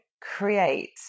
create